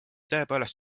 tõepoolest